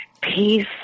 peace